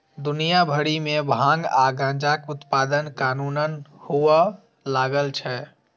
दुनिया भरि मे भांग आ गांजाक उत्पादन कानूनन हुअय लागल छै